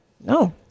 no